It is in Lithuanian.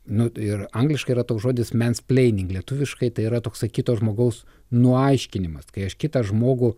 nu ir angliškai yra toks žodis mens pleining lietuviškai tai yra toks kito žmogaus nuaiškinimas kai aš kitą žmogų